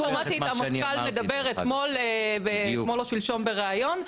שמעתי את המפכ"ל מדבר אתמול או שלשום בריאיון.